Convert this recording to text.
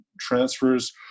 transfers